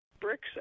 bricks